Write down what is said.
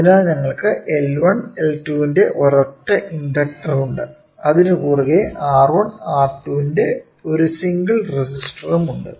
അതിനാൽ ഞങ്ങൾക്ക് L1 L2 ന്റെ ഒരൊറ്റ ഇൻഡക്റ്റർ ഉണ്ട് അതിനു കുറുകെ R1 R 2 ന്റെ ഒരു സിംഗിൾ റെസിസ്റ്റർ ഉണ്ട്